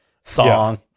song